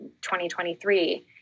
2023